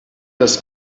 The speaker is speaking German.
das